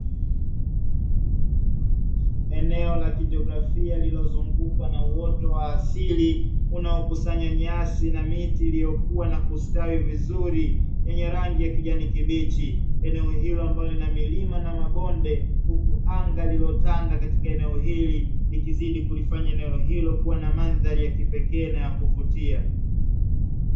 Eneo la kijiografia lililozungukwa na uoto wa asili; unaokusanya nyasi na miti iliyokua na kustawi vizuri, yenye rangi ya kijani kibichi. Eneo hilo ambalo lina milima na mabonde, huku anga lililotanda katika eneo hili; likizidi kulifanya eneo hilo kuwa na mandhari ya kipekee na ya kuvutia.